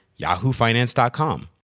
yahoofinance.com